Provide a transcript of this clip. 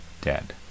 dead